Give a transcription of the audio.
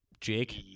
Jake